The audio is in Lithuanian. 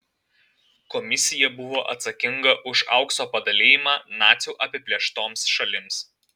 komisija buvo atsakinga už aukso padalijimą nacių apiplėštoms šalims